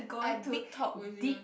I big talk with you